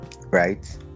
right